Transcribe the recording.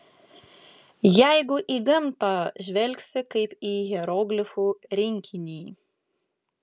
jeigu į gamtą žvelgsi kaip į hieroglifų rinkinį